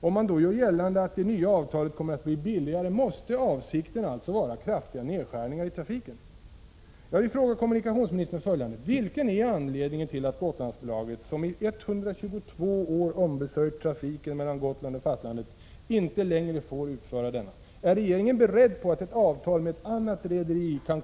Om man då gör gällande att det nya avtalet kommer att bli billigare måste avsikten alltså vara kraftiga nedskärningar i trafiken.